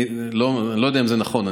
אני לא יודע אם זה נכון,